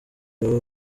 baba